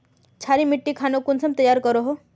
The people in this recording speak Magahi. क्षारी मिट्टी खानोक कुंसम तैयार करोहो?